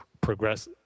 progress